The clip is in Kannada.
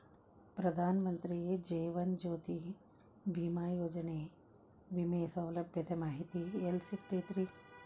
ಪ್ರಧಾನ ಮಂತ್ರಿ ಜೇವನ ಜ್ಯೋತಿ ಭೇಮಾಯೋಜನೆ ವಿಮೆ ಸೌಲಭ್ಯದ ಮಾಹಿತಿ ಎಲ್ಲಿ ಸಿಗತೈತ್ರಿ?